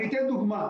אני אתן דוגמה,